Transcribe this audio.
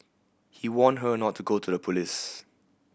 he warned her not to go to the police